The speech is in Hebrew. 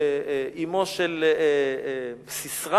אמו של סיסרא